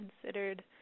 considered